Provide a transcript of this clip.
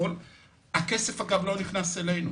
הכסף לא נכנס אלינו,